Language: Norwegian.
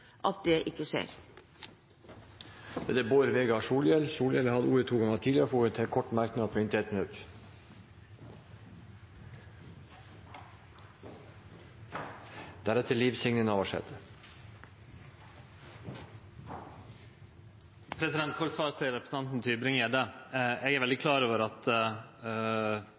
at det ikke skjer. Representanten Bård Vegar Solhjell har hatt ordet to ganger tidligere og får ordet til en kort merknad, begrenset til 1 minutt. Eit kort svar til representanten Tybring-Gjedde: Eg er veldig klar over at